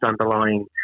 underlying